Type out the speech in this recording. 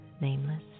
nameless